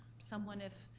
someone if,